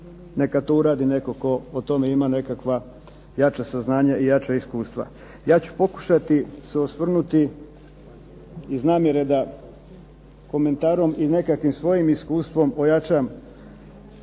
neka to uradi netko tko o tome ima nekakva jača saznanja i jača iskustva. Ja ću pokušati se osvrnuti iz namjere da komentarom i nekakvim svojim iskustvom ojačam